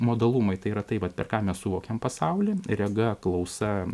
modalumai tai yra tai vat per ką mes suvokiam pasaulį rega klausa